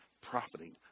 profiting